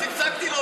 מאז הפסקתי.